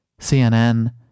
CNN